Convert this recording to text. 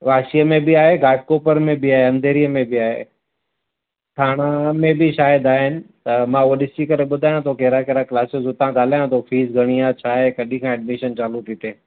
वाशीअ में बि आहे घाटकोपर में बि आहे अंधेरीअ में बि आहे थाणा में बि शायदि आहिनि त मां उहो ॾिसी करे ॿुधायां थो तोखे पोइ ॾिसी करे ॿुधायां थो हुते कहिड़ा कहिड़ा क्लासेस हुतां ॻाल्हायां थो फीस घणी आहे छा आहे कॾहिं खां एडमिशन चालू थी थिए